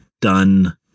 done